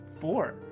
Four